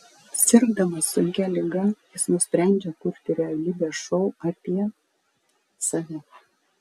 sirgdamas sunkia liga jis nusprendžia kurti realybės šou apie save